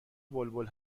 بلبل